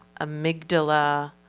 amygdala